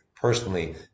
personally